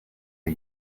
are